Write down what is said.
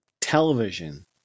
television